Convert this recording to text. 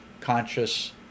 conscious